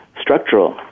structural